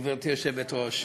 גברתי היושבת-ראש,